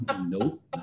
Nope